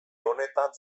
honetan